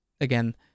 again